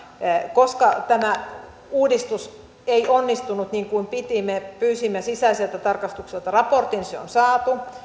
koska tämä uudistus ei onnistunut niin kuin piti me pyysimme sisäiseltä tarkastukselta raportin se on saatu